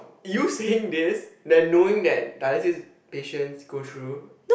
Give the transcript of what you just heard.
you sing this than knowing that dialysis patients go through